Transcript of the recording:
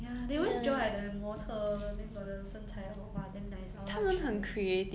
ya they always draw like the 模特 then got the 身材 !wah! damn nice I want to try